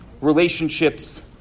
relationships